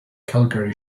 calgary